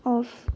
off